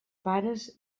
pares